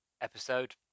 episode